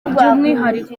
by’umwihariko